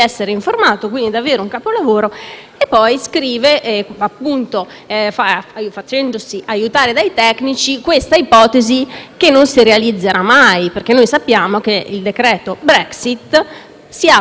infine scrive, facendosi aiutare dai tecnici, un provvedimento che non si realizzerà mai, perché sappiamo che il decreto Brexit si applicherà solo nel caso di *no deal*.